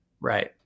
Right